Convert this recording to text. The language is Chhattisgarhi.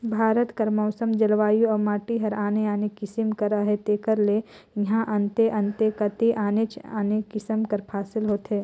भारत कर मउसम, जलवायु अउ माटी हर आने आने किसिम कर अहे तेकर ले इहां अन्ते अन्ते कती आनेच आने किसिम कर फसिल होथे